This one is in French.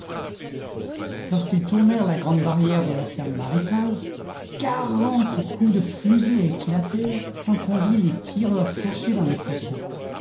lorsqu'ils tournèrent la grande barrière de la ferme maritale quarante coups de fusil éclatèrent sans qu'on vît les tireurs cachés dans les